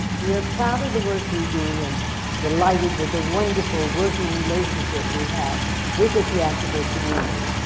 we are proud of the work we do and delighted with the wonderful working relationship we have with the theatrical community.